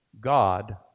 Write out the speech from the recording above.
God